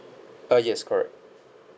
uh yes correct